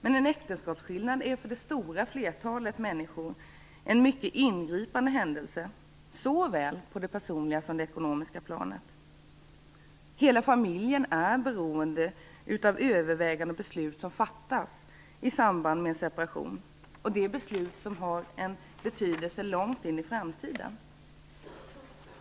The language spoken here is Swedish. Men en äktenskapsskillnad är för det stora flertalet människor en mycket ingripande händelse, såväl på det personliga som på det ekonomiska planet. Hela familjen är beroende av överväganden och beslut som fattas i samband med en separation. Det är beslut som har betydelse långt in i framtiden.